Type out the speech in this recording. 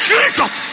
Jesus